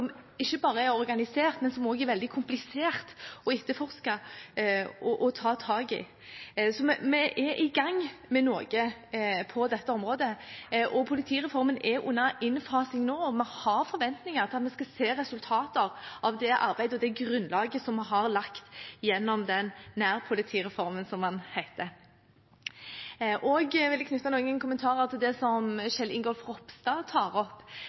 ikke bare er organisert, men også veldig komplisert å etterforske og ta tak i. Vi er i gang med noe på dette området. Politireformen er under innfasing nå, og vi har forventninger om at vi skal se resultater av det arbeidet og det grunnlaget som vi har lagt gjennom den – nærpolitireformen, som den heter. Jeg vil også knytte noen kommentarer til det som Kjell Ingolf Ropstad tok opp,